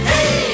Hey